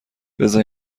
بزار